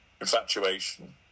infatuation